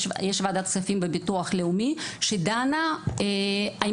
יש וועדת כספים בביטוח לאומי שדנה האם